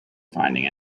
finding